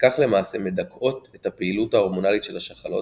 וכך למעשה "מדכאות" את הפעילות ההורמונלית של השחלות